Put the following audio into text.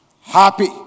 happy